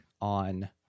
on